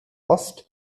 ost